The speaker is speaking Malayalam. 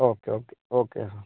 ഓക്കെ ഓക്കെ ഓക്കെ എന്നാൽ